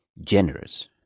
generous